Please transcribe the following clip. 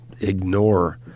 ignore